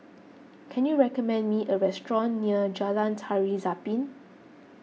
can you recommend me a restaurant near Jalan Tari Zapin